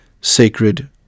sacred